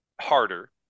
harder